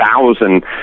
thousand